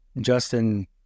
Justin